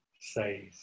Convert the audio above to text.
says